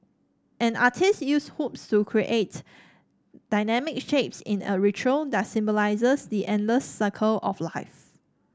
an artiste uses hoops to create dynamic shapes in a ritual that symbolises the endless circle of life